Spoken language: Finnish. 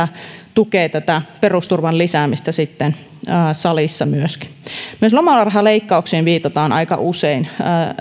tukee tätä perusturvan lisäämistä myöskin sitten salissa myös lomarahaleikkauksiin viitataan aika usein